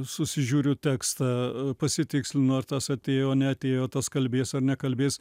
susižiuriu tekstą pasitikslinu ar tas atėjo neatėjo tas kalbės ar nekalbės